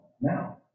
now